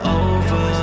over